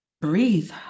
breathe